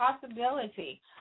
possibility